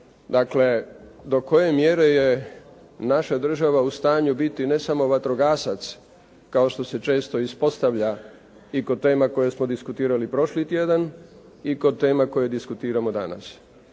Dakle, do koje mjere je naša država u stanju biti ne samo vatrogasac kao što se često ispostavlja i kod tema koje smo diskutirali prošli tjedan i kod tema koje diskutiramo danas.